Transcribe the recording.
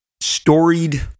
storied